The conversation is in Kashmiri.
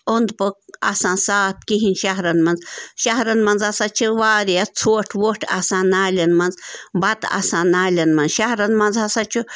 اوٚنٛد پوٚک آسان صاف کِہیٖنۍ شَہرَن منٛز شَہرَن منٛز ہَسا چھِ واریاہ ژھۄٹھ وۄٹھ آسان نالٮ۪ن منٛز بَتہٕ آسان نالٮ۪ن مَنٛز شَہرَن مَنٛز ہَسا چھُ